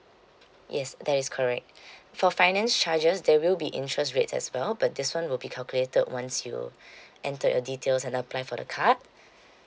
yes that is correct for finance charges there will be interest rates as well but this [one] will be calculated once you enter your details and apply for the card